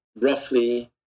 roughly